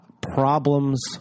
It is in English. problems